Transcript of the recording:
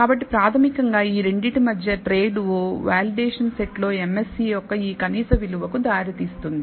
కాబట్టి ప్రాథమికంగా ఈ రెండింటి మధ్య ట్రేడ్ o వాలిడేషన్ సెట్లో MSE యొక్క ఈ కనీస విలువకు దారి తీస్తుంది